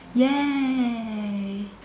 !yay!